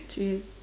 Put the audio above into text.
three